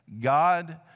God